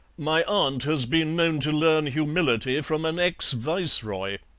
my aunt has been known to learn humility from an ex-viceroy,